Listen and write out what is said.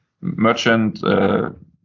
merchant